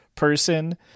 person